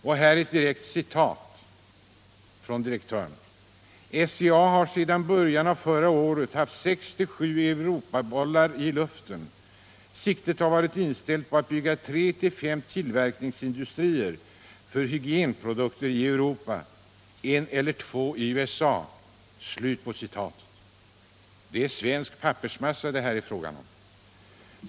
Här ett direkt citat från direktörens uttalande: ”SCA har alltsedan början av förra året haft 6-7 Europabollar i luften. Siktet har varit inställt på att bygga 3-5 tillverkningsindustrier för hygienprodukter i Europa, en eller två i USA.” Det är svensk pappersmassa det här är fråga om.